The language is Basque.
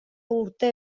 urte